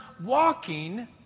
walking